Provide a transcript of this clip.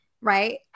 right